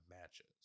matches